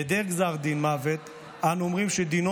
בהיעדר גזר דין מוות אנו אומרים שדינו